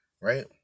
Right